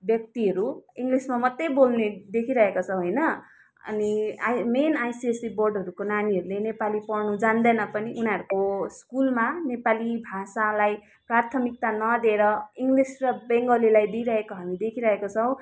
व्यक्तिहरू इङ्ग्लिसमा मात्रै बोल्ने देखिरहेका छौँ होइन अनि मेन आइसिएससी बोर्डहरूको नानीहरूले नेपाली पढ्नु जान्दैन पनि उनीहरूको स्कुलमा नेपाली भाषालाई प्राथमिकता नदिएर इङ्ग्लिस र बेङ्गोलीलाई दिइरहेको हामी देखिरहेको छौँ